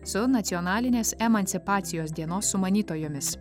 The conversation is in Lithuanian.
su nacionalinės emancipacijos dienos sumanytojomis